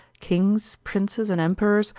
kings, princes, and emperors,